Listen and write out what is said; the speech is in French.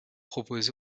proposé